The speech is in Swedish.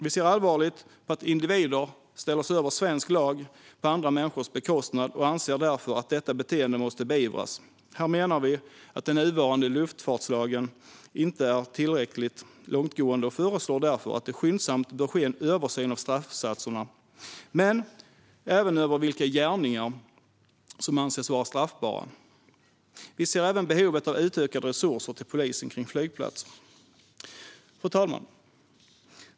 Vi ser allvarligt på att individer ställer sig över svensk lag på andra människors bekostnad. Vi anser därför att detta beteende måste beivras. Här menar vi att den nuvarande luftfartslagen inte är tillräckligt långtgående. Vi föreslår därför att det skyndsamt bör ske en översyn av straffsatserna men även av vilka gärningar som anses vara straffbara. Vi ser även behovet av utökade resurser till polisen kring flygplatser. Fru talman!